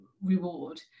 reward